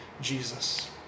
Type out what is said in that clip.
Jesus